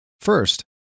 First